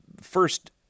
first